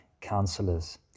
counselors